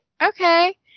okay